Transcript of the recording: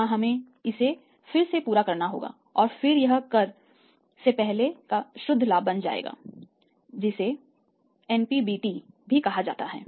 यहां हमें इसे फिर से पूरा करना होगा और फिर यह कर से पहले का शुद्ध लाभ बन जाएगा जिसे एनपीबीटी भी कहा जाता है